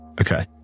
Okay